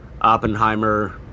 Oppenheimer